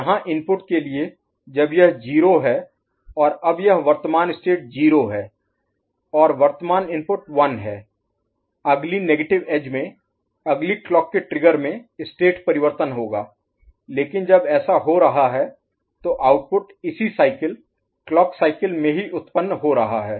यहां इनपुट के लिए जब यह 0 है और अब यह वर्तमान स्टेट 0 है और वर्तमान इनपुट 1 है अगली नेगेटिव एज में अगली क्लॉक के ट्रिगर में स्टेट परिवर्तन होगा लेकिन जब ऐसा हो रहा है तो आउटपुट इसी साइकिल क्लॉक साइकिल में ही उत्पन्न हो रहा है